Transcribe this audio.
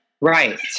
Right